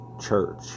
church